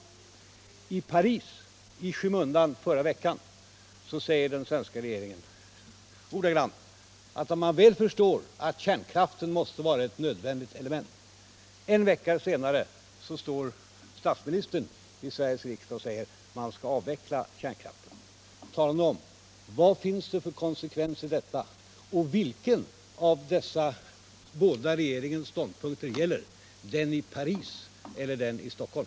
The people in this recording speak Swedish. I Paris, i skymundan i förra veckan, sade den svenska regeringen att man väl förstår att kärnkraften måste vara ett nödvändigt komplement till andra energikällor, men redan en vecka senare står statsministern här i Sveriges riksdag och säger att man skall avveckla kärnkraften. Tala nu om vad det finns för konsekvens i detta! Och vilken av dessa båda regeringens ståndpunkter gäller: den i Paris eller den i Stockholm?